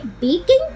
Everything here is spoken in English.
baking